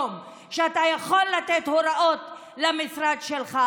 שאתה יכול לתת הוראות למשרד שלך.